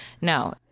no